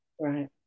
Right